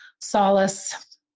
solace